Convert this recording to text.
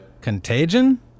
Contagion